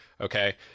okay